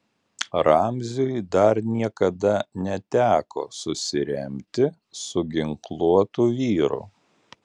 ramziui dar niekada neteko susiremti su ginkluotu vyru